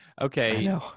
Okay